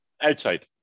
Outside